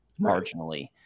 marginally